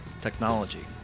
technology